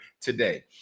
today